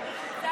פורר,